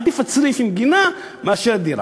עדיף צריף עם גינה מאשר דירה.